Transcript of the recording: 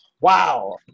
wow